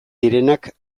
direnak